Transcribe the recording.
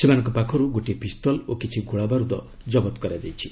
ସେମାନଙ୍କ ପାଖରୁ ଗୋଟିଏ ପିସଲ୍ ଓ କିଛି ଗୋଳାବାରୁଦ ଜବତ କରାଯାଇଛି